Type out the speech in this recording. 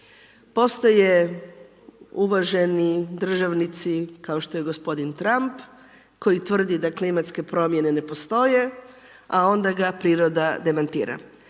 Postoje uvaženi državnici kao što je gospodin Trump koji tvrdi da klimatske promjene ne postoje, a onda ga priroda demantira.